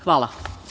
Hvala.